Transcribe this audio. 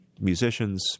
musicians